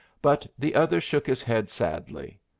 but the other shook his head sadly.